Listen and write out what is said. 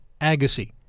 Agassi